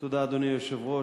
אדוני היושב-ראש,